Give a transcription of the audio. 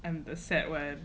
I'm the sad one